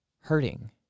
hurting